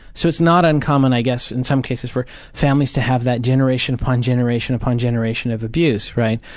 so it's not uncommon i guess in some cases for families to have that generation upon generation upon generation of abuse, right?